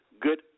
Good